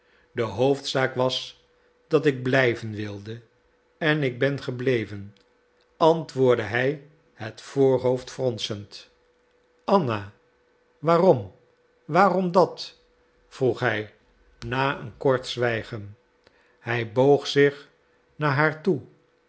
de hoofdzaak was dat ik blijven wilde en ik ben gebleven antwoordde hij het voorhoofd fronsend anna waarom waarom dat vroeg hij na een kort zwijgen hij boog zich naar haar toe